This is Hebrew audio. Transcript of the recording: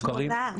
מוכרים.